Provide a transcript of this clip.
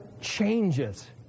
changes